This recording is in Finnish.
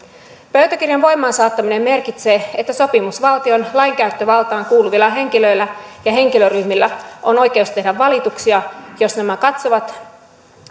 pöytäkirjan voimaansaattaminen merkitsee että sopimusvaltion lainkäyttövaltaan kuuluvilla henkilöillä ja henkilöryhmillä on oikeus tehdä valituksia jos nämä katsovat